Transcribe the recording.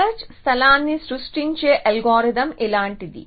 search స్థలాన్ని సృష్టించే algorithm ఇలాంటిది